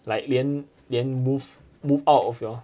like 连连 move move out of your